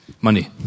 Money